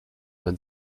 man